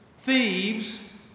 Thieves